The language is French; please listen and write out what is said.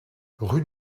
rue